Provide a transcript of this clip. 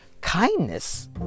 kindness